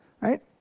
Right